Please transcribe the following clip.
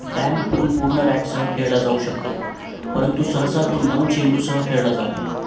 bank पूल पूर्ण रॅकसह खेळला जाऊ शकतो परंतु सहसा तो नऊ चेंडूसह खेळला जातो